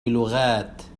لغات